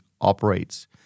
operates